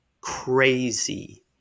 crazy